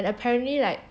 and apparently like